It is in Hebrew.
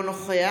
אינו נוכח